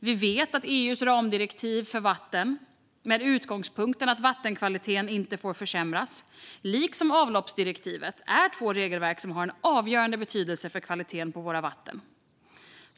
Vi vet att EU:s ramdirektiv för vatten - med utgångspunkten att vattenkvaliteten inte får försämras - och avloppsdirektivet är två regelverk som har avgörande betydelse för kvaliteten på våra vatten.